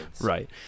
Right